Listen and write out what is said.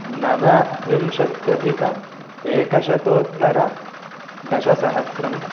नवविंशत्यधिकम् एकशतोत्तरदशसहस्रं